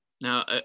Now